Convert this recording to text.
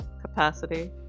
capacity